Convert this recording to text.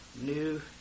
new